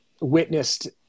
witnessed